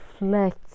reflect